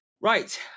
right